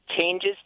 changes